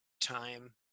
time